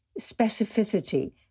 specificity